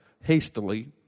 hastily